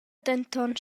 denton